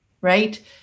Right